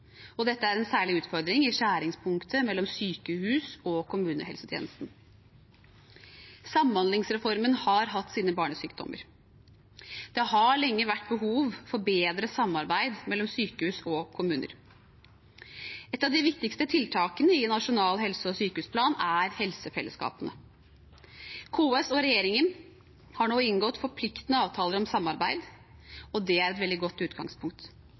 Dette er en særlig utfordring i skjæringspunktet mellom sykehus og kommunehelsetjenesten. Samhandlingsreformen har hatt sine barnesykdommer. Det har lenge vært behov for bedre samarbeid mellom sykehus og kommuner. Et av de viktigste tiltakene i Nasjonal helse- og sykehusplan er helsefellesskapene. KS og regjeringen har nå inngått forpliktende avtaler om samarbeid, og det er et veldig godt utgangspunkt.